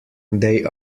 they